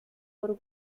por